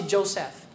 Joseph